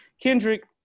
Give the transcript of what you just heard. Kendrick